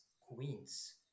queens